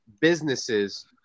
businesses